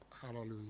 Hallelujah